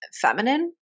feminine